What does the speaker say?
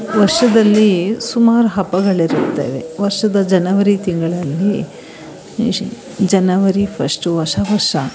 ವರ್ಷದಲ್ಲಿ ಸುಮಾರು ಹಬ್ಬಗಳಿರುತ್ತವೆ ವರ್ಷದ ಜನವರಿ ತಿಂಗಳಲ್ಲಿ ಜನವರಿ ಫಶ್ಟು ಹೊಸ ವರ್ಷ